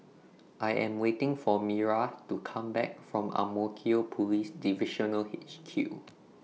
I Am waiting For Myra to Come Back from Ang Mo Kio Police Divisional H Q